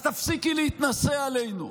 אז תפסיקי להתנשא עלינו,